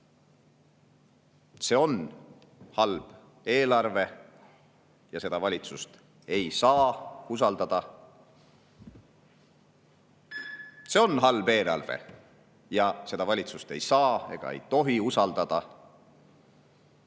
See on halb eelarve ja seda valitsust ei saa usaldada. See on halb eelarve ja seda valitsust ei saa ega tohi usaldada.